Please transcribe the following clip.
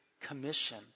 commission